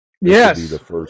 Yes